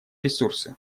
ресурсы